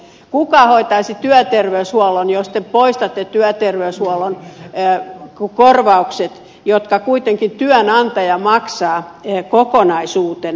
kuka hoitaisi työterveyshuollon jos te poistaisitte työterveyshuollon korvaukset jotka kuitenkin työnantaja maksaa kokonaisuutenaan